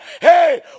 Hey